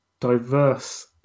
diverse